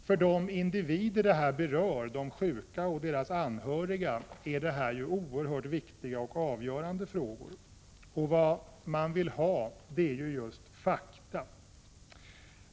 För de individer som berörs, de sjuka och deras anhöriga, är detta oerhört viktiga och avgörande frågor. Vad som mer än något annat behövs är fakta.